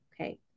Okay